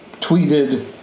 tweeted